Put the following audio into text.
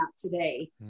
today